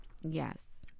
Yes